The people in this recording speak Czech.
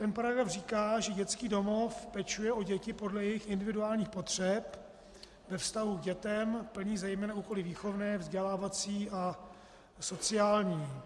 Tento paragraf říká, že dětský domov pečuje o děti podle jejich individuálních potřeb, ve vztahu k dětem plní zejména úkoly výchovné, vzdělávací a sociální.